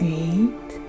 eight